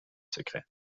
secret